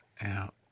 out